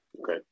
Okay